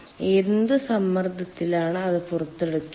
എന്ത് സമ്മർദ്ദത്തിലാണ് അത് പുറത്തെടുക്കേണ്ടത്